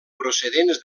procedents